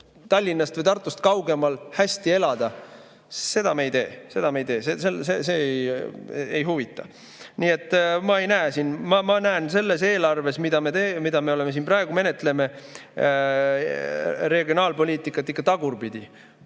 Tallinnast või Tartust kaugemal hästi elada, me ei tee. Seda me ei tee, see ei huvita. Nii et ma näen selles eelarves, mida me siin praegu menetleme, regionaalpoliitikat ikka tagurpidi.